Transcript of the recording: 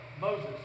Moses